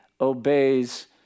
obeys